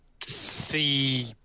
see